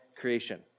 creation